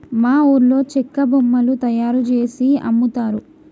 మా ఊర్లో చెక్క బొమ్మలు తయారుజేసి అమ్ముతారు